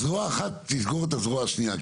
צריך שזרוע אחת תסגור את הזרוע השנייה.